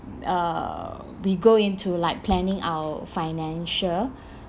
uh we go into like planning our financial